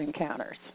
encounters